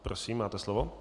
Prosím, máte slovo.